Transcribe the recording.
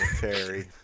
terry